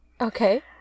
Okay